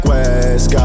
West